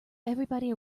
everybody